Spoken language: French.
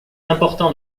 important